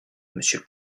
monsieur